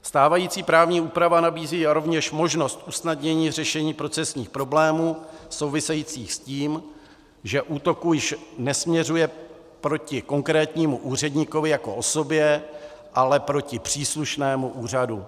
Stávající právní úprava nabízí rovněž možnost usnadnění řešení procesních problémů souvisejících s tím, že útok již nesměřuje proti konkrétnímu úředníkovi jako osobě, ale proti příslušnému úřadu.